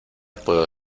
puedo